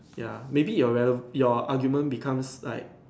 ya maybe your relevant your argument becomes like